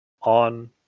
on